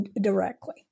directly